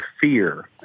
fear